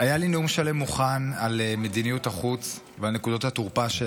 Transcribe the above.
היה לי נאום שלם מוכן על מדיניות החוץ ועל נקודות התורפה,